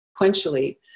sequentially